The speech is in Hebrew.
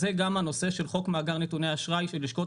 אז זה גם הנושא של חוק מאגר נתוני אשראי שלשכות